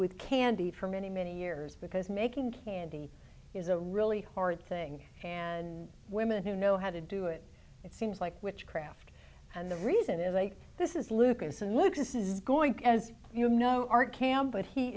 with candy for many many years because making candy is a really hard thing and women who know how to do it it seems like witchcraft and the reason it is like this is lucas and lucas is going to as you know art can but he